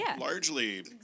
largely